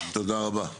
תודה רבה.